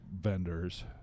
vendors